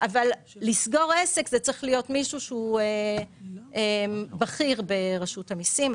אבל לסגור עסק זה צריך להיות מישהו שהוא בכיר ברשות המיסים.